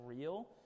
real